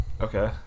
Okay